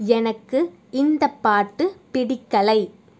எனக்கு இந்தப் பாட்டு பிடிக்கலை